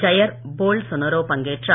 Iyer Bolsonaro பங்கேற்றார்